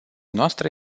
noastră